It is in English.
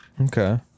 okay